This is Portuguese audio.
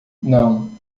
não